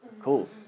cool